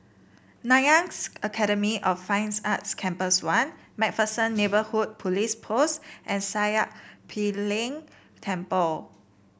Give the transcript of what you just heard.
Nanyang Academy of Fine Arts Campus One MacPherson Neighbourhood Police Post and Sakya Ling Temple